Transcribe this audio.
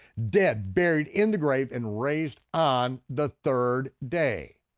dead, buried, in the grave, and raised on the third day.